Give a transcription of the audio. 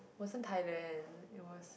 wasn't Thailand it was